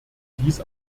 dies